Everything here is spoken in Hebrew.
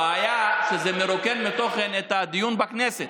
הבעיה היא שזה מרוקן מתוכן את הדיון בכנסת.